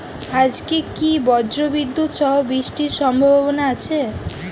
আজকে কি ব্রর্জবিদুৎ সহ বৃষ্টির সম্ভাবনা আছে?